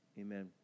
Amen